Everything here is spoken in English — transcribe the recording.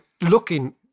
looking